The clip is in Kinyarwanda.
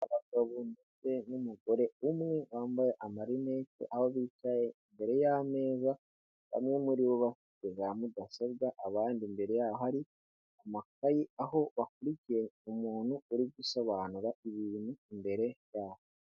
Abagabo ndetse n'umugore umwe wambaye amarineti aho bicaye imbere y'ameza bamwe muri bo bafite za mudasobwa, abandi imbere yaho hari amakayi aho bakurikiye umuntu uri gusobanura ibintu imbere yabo.